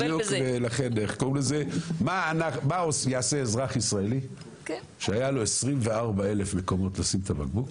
מה יעשה אזרח ישראלי שהיה לו 24,000 מקומות לשים את הבקבוק,